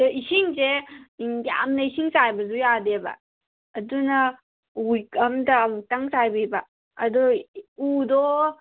ꯑꯣ ꯏꯁꯤꯡꯁꯦ ꯌꯥꯝꯅ ꯏꯁꯤꯡ ꯆꯥꯏꯕꯁꯨ ꯌꯥꯗꯦꯕ ꯑꯗꯨꯅ ꯋꯤꯛ ꯑꯝꯗ ꯑꯃꯨꯛꯇꯪ ꯆꯥꯏꯕꯤꯕ ꯑꯗꯨꯒ ꯎꯗꯣ